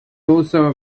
also